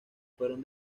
fueron